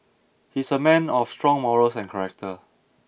he's a man of strong morals and character